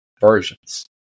versions